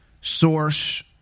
source